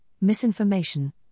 misinformation